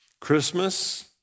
Christmas